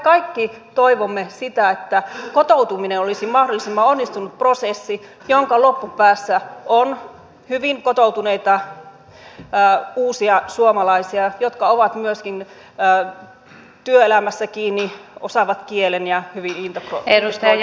kaikki toivomme sitä että kotoutuminen olisi mahdollisimman onnistunut prosessi jonka loppupäässä on hyvin kotoutuneita uusia suomalaisia jotka ovat myöskin työelämässä kiinni osaavat kielen ja ovat hyvin integroituja